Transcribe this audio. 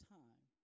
time